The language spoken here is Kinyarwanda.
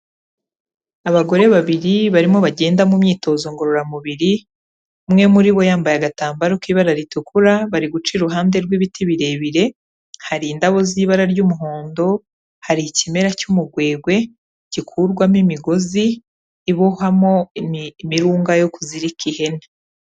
Abagore babiri barimo bagenda mu myitozo ngororamubiri, umwe muri bo yambaye agatambaro k'ibara ritukura, bari guca iruhande rw'ibiti birebire, hari indabo z'ibara ry'umuhondo, hari ikimera cy'umugwegwe gikurwamo imigozi ibohwamo imirunga yo kuzirika ihene.